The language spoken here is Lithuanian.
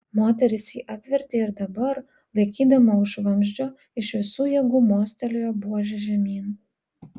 moteris jį apvertė ir dabar laikydama už vamzdžio iš visų jėgų mostelėjo buože žemyn